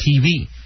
TV